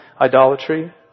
idolatry